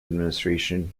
administration